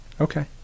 Okay